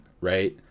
right